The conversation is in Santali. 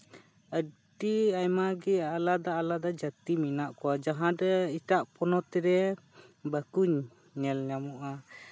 ᱟᱹᱰᱤ ᱟᱭᱢᱟ ᱜᱮ ᱟᱞᱟᱫᱟᱼᱟᱞᱟᱫᱟ ᱡᱟᱹᱛᱤ ᱢᱮᱱᱟᱜ ᱠᱚᱣᱟ ᱡᱟᱦᱟᱸᱨᱮ ᱮᱴᱟᱜ ᱯᱚᱱᱚᱛ ᱨᱮ ᱵᱟᱠᱚ ᱧᱮᱞᱼᱧᱟᱢᱚᱜᱼᱟ